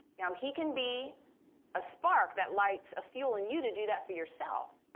now, he can be a spark that lights a fuel in you to do that for yourself,